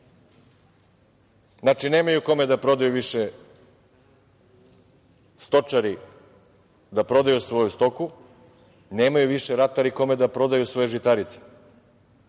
Znači nemaju kome da prodaju stočari svoju stoku, nemaju više ratari kome da prodaju svoje žitarice. Onda